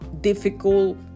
difficult